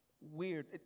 weird